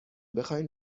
بخواین